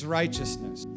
righteousness